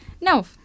No